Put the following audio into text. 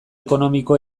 ekonomiko